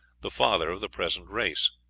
the father of the present race.